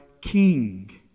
King